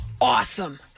awesome